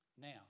Now